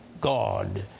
God